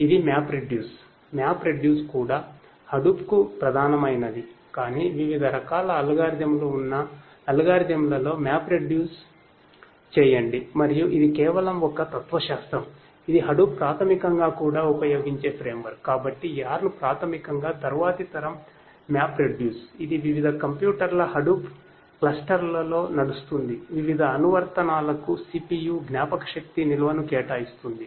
ఇది మ్యాప్రెడ్యూస్ క్లస్టర్లో నడుస్తున్న వివిధ అనువర్తనాలకు CPU జ్ఞాపకశక్తి నిల్వను కేటాయిస్తుంది